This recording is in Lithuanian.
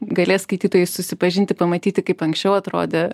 galės skaitytojai susipažinti pamatyti kaip anksčiau atrodė